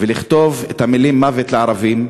לכתוב את המילים "מוות לערבים"